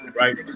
right